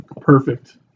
Perfect